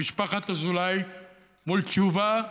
משפחת אזולאי מול תשובה,